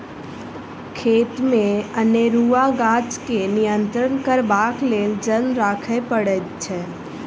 खेतमे अनेरूआ गाछ के नियंत्रण करबाक लेल जन राखय पड़ैत छै